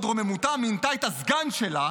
הוד רוממותה, מינתה את הסגן שלה